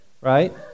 right